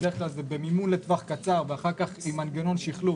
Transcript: בדרך כלל זה במימון לטווח קצר ואחר כך עם מנגנון שחלוף